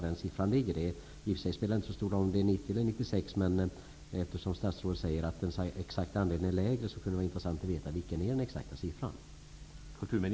Det spelar i och för sig inte så stor roll om det är 90 % eller 96 %, men eftersom statsrådet säger att den exakta andelen är lägre kunde det vara intressant att få veta den exakta siffran.